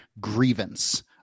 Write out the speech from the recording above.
grievance